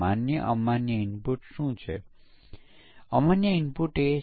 ભૂલો કે જે કેટલીક તપાસ તકનીકથી છટકી જાય છે તે તકનીકીની વધુ એપ્લિકેશન દ્વારા શોધી શકાતી નથી